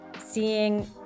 seeing